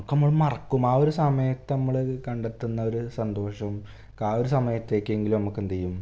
ഒക്കെ നമ്മള് മറക്കും ആ ഒരു സമയത്ത് നമ്മള് കണ്ടെത്തുന്നൊരു ഒരു സന്തോഷവും ആ ഒരു സമയത്തേക്കെങ്കിലും നമുക്ക് എന്തു ചെയ്യും